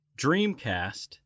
dreamcast